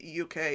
UK